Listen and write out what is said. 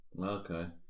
Okay